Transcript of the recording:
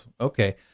okay